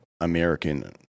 American